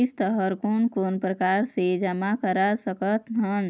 किस्त हर कोन कोन प्रकार से जमा करा सकत हन?